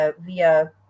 via